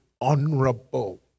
honorable